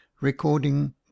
Recording